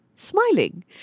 Smiling